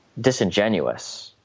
disingenuous